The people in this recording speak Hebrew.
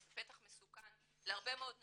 שזה בטח מסוכן להרבה מאוד נשים,